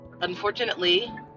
unfortunately